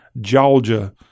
Georgia